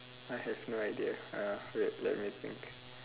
I have no idea uh wait let me think